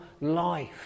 life